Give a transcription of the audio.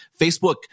Facebook